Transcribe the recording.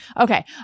Okay